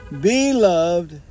Beloved